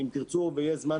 אם תרצו ויהיה זמן,